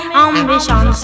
ambition